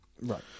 right